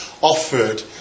offered